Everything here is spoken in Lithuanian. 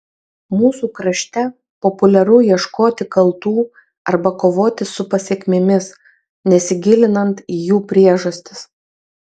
mūsų krašte populiaru ieškoti kaltų arba kovoti su pasekmėmis nesigilinant į jų priežastis